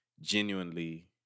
genuinely